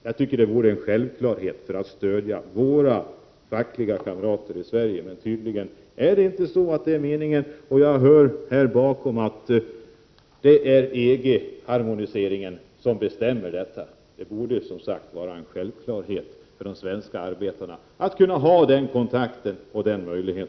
Jag tycker att det vore en självklarhet för att stödja våra fackliga kamrater i Sverige, men tydligen är det inte meningen. Jag hör här bakom att det är EG-harmoniseringen som bestämmer detta. Det borde som sagt vara en självklarhet för de svenska arbetarna att kunna ha den möjligheten till kontakt.